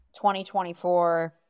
2024